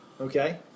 Okay